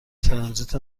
ترانزیت